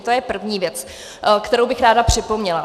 To je první věc, kterou bych ráda připomněla.